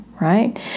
right